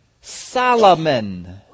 Solomon